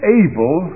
able